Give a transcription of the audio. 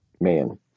man